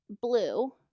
blue